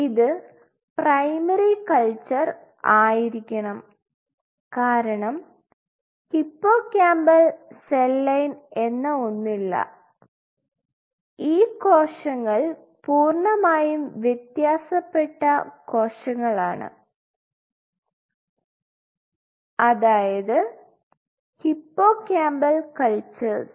ഇത് primary culture ആയിരിക്കണം കാരണം ഹിപ്പോകാമ്പൽ സെൽ ലൈൻ എന്ന ഒന്നില്ല ഈ കോശങ്ങൾ പൂർണ്ണമായും വ്യത്യാസപ്പെട്ട കോശങ്ങളാണ് അതായത് ഹിപ്പോകാമ്പൽ കൾച്ചർസ്